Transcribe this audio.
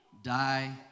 Die